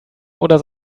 oder